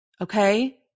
okay